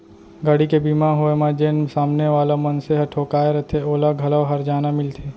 गाड़ी के बीमा होय म जेन सामने वाला मनसे ह ठोंकाय रथे ओला घलौ हरजाना मिलथे